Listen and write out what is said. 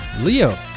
Leo